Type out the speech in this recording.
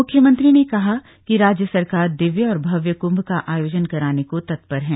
मुख्यमंत्री ने कहा कि राज्य सरकार दिव्य और भव्य क्भ का आयोजन कराने को तत्पर हैं